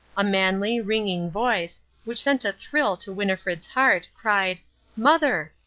a manly, ringing voice, which sent a thrill to winnifred's heart, cried mother!